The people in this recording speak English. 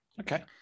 okay